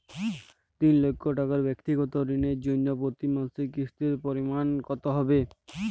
তিন লক্ষ টাকা ব্যাক্তিগত ঋণের জন্য প্রতি মাসে কিস্তির পরিমাণ কত হবে?